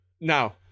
now